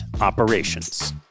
Operations